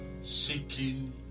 seeking